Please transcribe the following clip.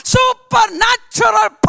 supernatural